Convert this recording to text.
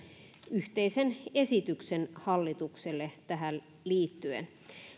yhteisen esityksen hallitukselle tähän liittyen